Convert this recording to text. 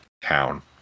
town